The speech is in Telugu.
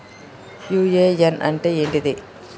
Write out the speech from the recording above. యు.ఎ.ఎన్ అంటే ఏంది?